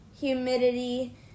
humidity